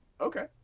Okay